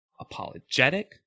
apologetic